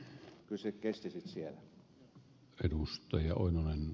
kyllä se kesti sitten siellä